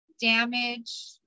Damage